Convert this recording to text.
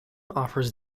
offers